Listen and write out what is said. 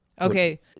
okay